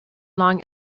long